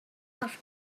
auf